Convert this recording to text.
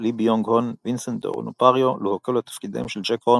לי ביונג-הון ווינסנט ד'אונופריו לוהקו לתפקידיהם של ג'ק הורן,